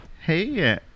Hey